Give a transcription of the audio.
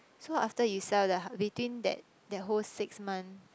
so after you sell the hou~ between that that whole six month